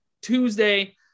Tuesday